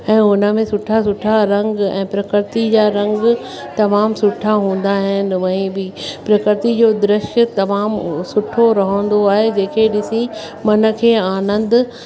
ऐं हुन में सुठा सुठा रंग ऐं प्रकृति जा रंग तमामु सुठा हूंदा आहिनि उहे बि प्रकृति जो दृश्य तमामु सुठो रहंदो आहे जेके ॾिसी मन खे आनंद